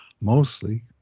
mostly